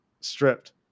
stripped